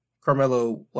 Carmelo